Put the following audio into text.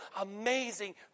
amazing